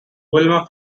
wilma